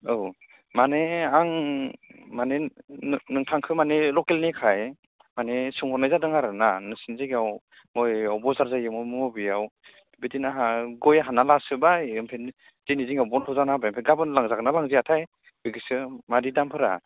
औ माने आं माने नोंथांखौ माने लकेलनिखाय माने सोंहरनाय जादों आरोना नोंसोरनि जायगायाव बबेयाव बाजार जायो बबेयाव बिदिनो हा गय हानना लासोबाय ओमफ्राय दिनैनि दिनाव बन्द' जाना होबाय ओमफ्राय गाबोन लांजागोनना लांजायाथाय बेखौसो माबायदि दामफोरा